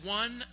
one